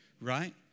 Right